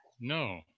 No